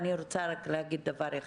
אני רוצה להגיד רק דבר אחד.